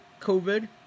COVID